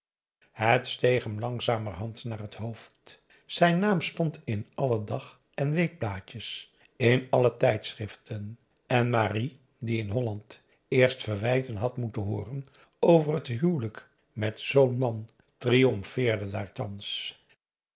steeg hem langzamerhand naar het hoofd zijn naam stond in alle dag en weekblaadjes in alle tijdschriften en marie die in holland eerst verwijten had moeten hooren over het huwelijk met zoo'n man triomfeerde daar thans